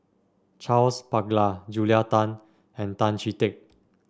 Charles Paglar Julia Tan and Tan Chee Teck